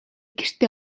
гэртээ